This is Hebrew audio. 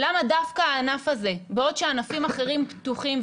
למה דווקא הענף הזה בעוד שענפים אחרים פתוחים.